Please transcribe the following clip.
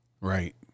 Right